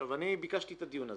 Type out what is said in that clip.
אני ביקשתי את הדיון הזה,